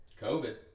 COVID